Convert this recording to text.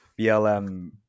BLM